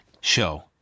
show